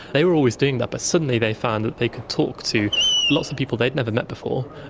they were always doing that, but suddenly they found that they could talk to lots of people they'd never met before,